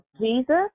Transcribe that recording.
Jesus